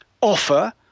offer